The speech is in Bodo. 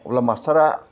अब्ला मास्टारा